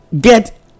Get